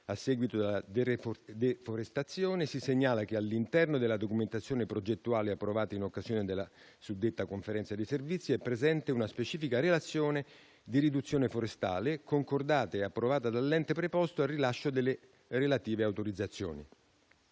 a seguito della deforestazione, si segnala che all'interno della documentazione progettuale approvata in occasione della suddetta Conferenza dei servizi è presente una specifica relazione di riduzione forestale, concordata e approvata dall'ente preposto al rilascio delle relative autorizzazioni.